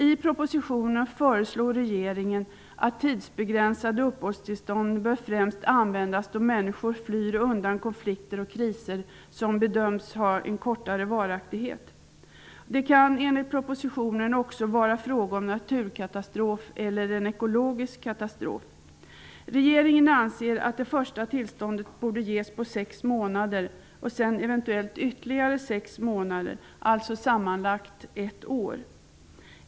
I propositionen föreslår regeringen att tidsbegränsade uppehållstillstånd bör användas främst då människor flyr undan konflikter och kriser som bedöms ha kortare varaktighet. Det kan enligt propositionen också vara fråga om naturkatastrof eller en ekologisk katastrof. Regeringen anser att det första tillståndet borde ges på sex månader och sedan eventuellt ytterligare sex månader, alltså sammanlagt ett år.